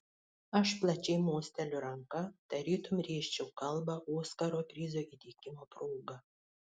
aš plačiai mosteliu ranka tarytum rėžčiau kalbą oskaro prizo įteikimo proga